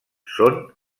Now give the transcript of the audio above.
són